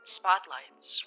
spotlights